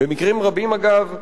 במקרים רבים, אגב,